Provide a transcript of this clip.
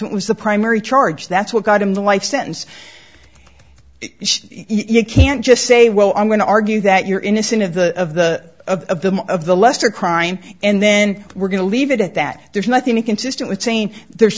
e was the primary charge that's what got him the life sentence you can't just say well i'm going to argue that you're innocent of the of the of the of the lesser crime and then we're going to leave it at that there's nothing to consistent with saying there's